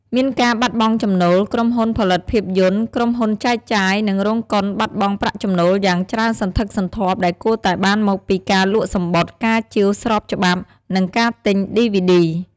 មានការបាត់បង់ចំណូល ក្រុមហ៊ុនផលិតភាពយន្ត ក្រុមហ៊ុនចែកចាយ និងរោងកុនបាត់បង់ប្រាក់ចំណូលយ៉ាងច្រើនសន្ធឹកសន្ធាប់ដែលគួរតែបានមកពីការលក់សំបុត្រ ការជាវស្របច្បាប់ ឬការទិញឌីវីឌី។